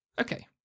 Okay